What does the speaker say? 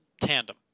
tandem